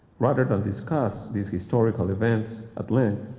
rather than discuss these historical events at length,